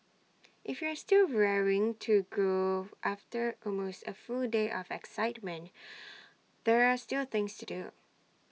if you are still raring to go after almost A full day of excitement there are still things to do